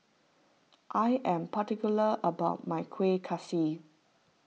I am particular about my Kueh Kaswi